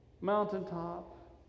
Mountaintop